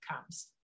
comes